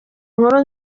inkuru